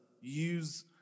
use